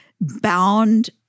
bound